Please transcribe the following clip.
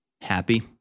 happy